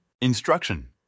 Instruction